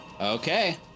Okay